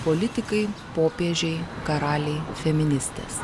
politikai popiežiai karaliai feministės